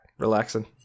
relaxing